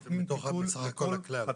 מתוך הסך הכול הכללי.